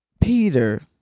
Peter